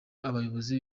n’abayobozi